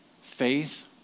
faith